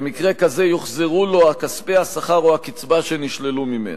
במקרה כזה יוחזרו לו כספי השכר או הקצבה שנשללו ממנו.